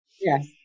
Yes